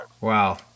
Wow